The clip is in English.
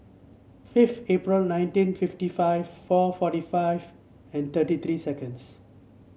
fifth April nineteen fifty five four forty five and thirty three seconds